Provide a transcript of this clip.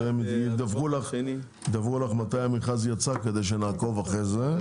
והם ידווחו לך מתי המכרז יצא כדי שנעקוב אחרי זה.